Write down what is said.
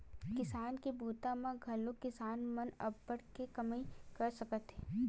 किसानी के बूता म घलोक किसान मन अब्बड़ के कमई कर सकत हे